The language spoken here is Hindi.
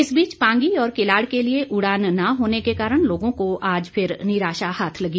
इस बीच पांगी और किलाड के लिए उड़ान न होने के कारण लोगों को आज फिर निराशा हाथ लगी